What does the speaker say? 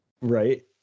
right